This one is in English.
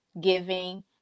giving